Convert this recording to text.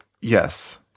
yes